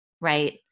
right